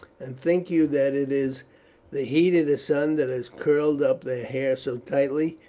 and think you that it is the heat of the sun that has curled up their hair so tightly?